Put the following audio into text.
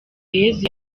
yezu